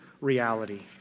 reality